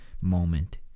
moment